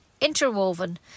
Interwoven